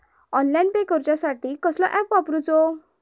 Online pay करूचा साठी कसलो ऍप वापरूचो?